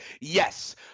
yes